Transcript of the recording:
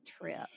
trip